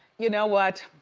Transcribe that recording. you know what?